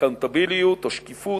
או שקיפות,